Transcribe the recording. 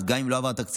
אז גם אם לא עבר תקציב,